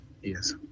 Yes